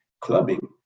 clubbing